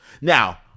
Now